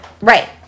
Right